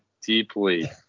deeply